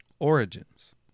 Origins